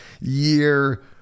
year